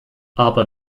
aber